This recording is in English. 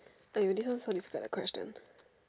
!aiyo! this one so difficult the question